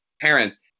parents